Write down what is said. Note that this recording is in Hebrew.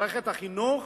מערכת החינוך,